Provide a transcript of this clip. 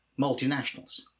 multinationals